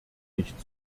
nicht